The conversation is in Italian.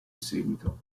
seguito